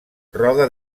roda